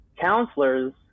counselors